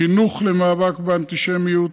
חינוך למאבק באנטישמיות,